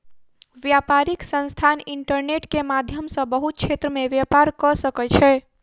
व्यापारिक संस्थान इंटरनेट के माध्यम सॅ बहुत क्षेत्र में व्यापार कअ सकै छै